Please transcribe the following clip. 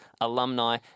alumni